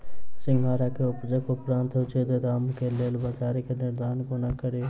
सिंघाड़ा केँ उपजक उपरांत उचित दाम केँ लेल बजार केँ निर्धारण कोना कड़ी?